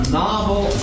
novel